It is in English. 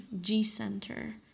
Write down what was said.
G-Center